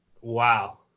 Wow